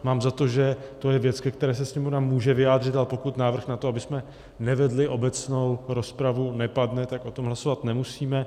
Mám za to, že to je věc, ke které se Sněmovna může vyjádřit, ale pokud návrh na to, abychom nevedli obecnou rozpravu, nepadne, tak o tom hlasovat nemusíme.